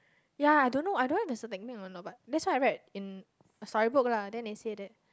ya I don't know I don't know if there's a technique or not but that's what I read in a storybook lah then they say that